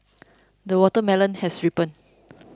the watermelon has ripened